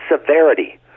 severity